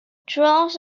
dros